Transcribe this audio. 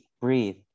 breathe